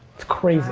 it's crazy